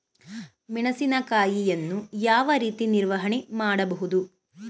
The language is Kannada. ಮೆಣಸಿನಕಾಯಿಯನ್ನು ಯಾವ ರೀತಿ ನಿರ್ವಹಣೆ ಮಾಡಬಹುದು?